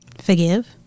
Forgive